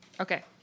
Okay